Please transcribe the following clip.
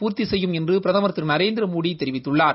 பூர்த்தி செய்யும் என்று பிரதமர் திரு நரேந்திரமோடி தெரிவித்துள்ளார்